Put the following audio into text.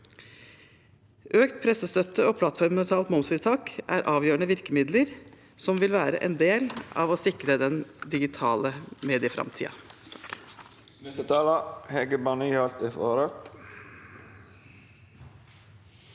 Økt pressestøtte og plattformnøytralt momsfritak er avgjørende virkemidler som vil være en del av å sikre den digitale medieframtiden.